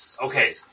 Okay